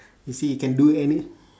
you see you can do any